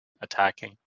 attacking